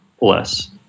less